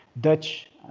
Dutch